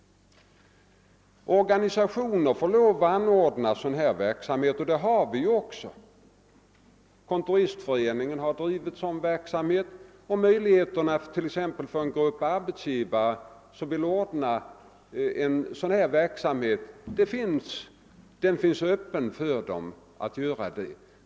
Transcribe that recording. Organisationer får lov att anordna sådan verksamhet, och det har också skett. Kontoristföreningen har drivit dylik verksamhet, och möjligheterna står öppna för t. ex en grupp arbeisgivare att ordna förmedlingsverksamhet.